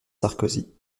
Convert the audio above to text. sarkozy